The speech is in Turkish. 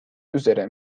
üzere